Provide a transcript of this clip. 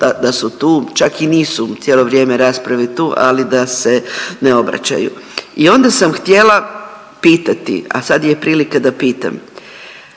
da su tu, čak i nisu cijelo vrijeme rasprave tu, ali da se ne obraćaju i onda sam htjela pitati, a sad je prilika da pitam.